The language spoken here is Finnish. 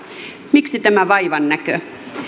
miksi tämä vaivannäkö